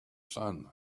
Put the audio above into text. sun